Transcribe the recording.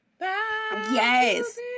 yes